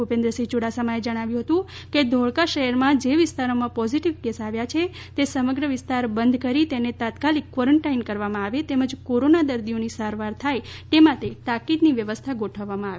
ભૂપેન્દ્રસિંહ યુડાસમા એ જણાવ્યું હતું કે ધોળકા શહેરના જે વિસ્તારોમાં પોઝિટિવ કેસ આવ્યા છે તે સમગ્ર વિસ્તાર બંધ કરી તેને તાત્કાલીક ક્વોરંનટાઇન કરવામાં આવે તેમ જ કોરોના દર્દીઓની સારવાર થાય તે માટે તાકીદની વ્યવસ્થા ગોઠવવામાં આવે